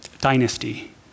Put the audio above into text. dynasty